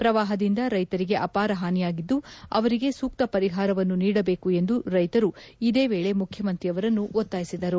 ಪ್ರವಾಹದಿಂದ ರೈತರಿಗೆ ಅಪಾರ ಹಾನಿಯಾಗಿದ್ದು ಅವರಿಗೆ ಸೂಕ್ತ ಪರಿಹಾರವನ್ನು ನೀಡಬೇಕು ಎಂದು ರೈತರು ಇದೇ ವೇಳೆ ಮುಖ್ಯಮಂತ್ರಿಯವರನ್ನು ಒತ್ತಾಯಿಸಿದರು